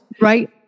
Right